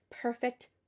perfect